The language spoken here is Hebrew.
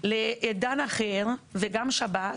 צריכה להיכנס לעידן אחר, וגם שב"ס,